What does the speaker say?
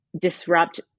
disrupt